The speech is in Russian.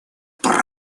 права